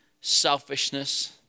selfishness